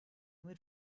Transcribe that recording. mit